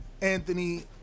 Anthony